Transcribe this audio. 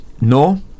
no